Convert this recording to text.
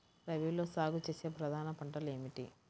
రబీలో సాగు చేసే ప్రధాన పంటలు ఏమిటి?